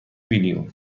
بیلیون